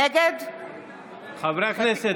נגד חברי הכנסת,